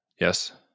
Yes